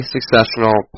Successional